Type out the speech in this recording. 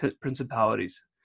principalities